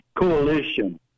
Coalition